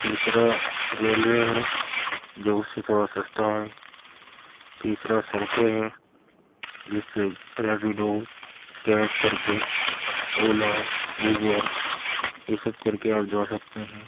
دوسرا ریلوے ہے جو اس سے تھوڑا سستا ہے تیسرا سڑکیں ہیں جس سے ریپیڈو کیب کر کے اولا اوبر یہ سب کر کے آپ جا سکتے ہیں